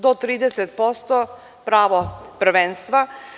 Do 30% pravo prvenstva.